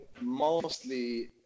mostly